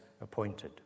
appointed